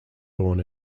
born